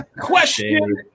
Question